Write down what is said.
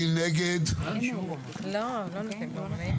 7 נגד 8 לא אושר.